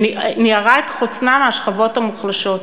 שניערה את חוצנה מהשכבות המוחלשות.